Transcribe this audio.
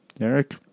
Eric